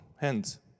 hands